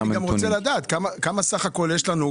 אני גם רוצה לדעת כמה בסך הכל יש לנו?